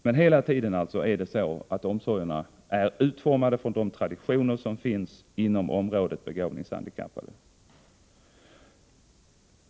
Men hela tiden är omsorgerna utformade på de traditioner som finns inom området begåvningshandikapp.